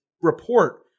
report